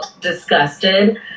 disgusted